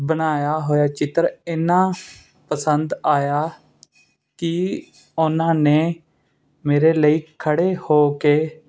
ਬਣਾਇਆ ਹੋਇਆ ਚਿੱਤਰ ਇੰਨਾ ਪਸੰਦ ਆਇਆ ਕਿ ਉਹਨਾਂ ਨੇ ਮੇਰੇ ਲਈ ਖੜ੍ਹੇ ਹੋ ਕੇ